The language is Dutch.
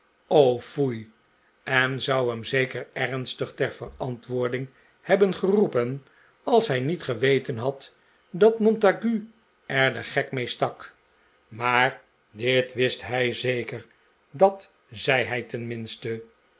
en zou hem zeker ernstig ter verantwoording hebben geroepen als hij niet geweten had dat montague er den gek mee stak maar dit wist hij zeker dat zei hij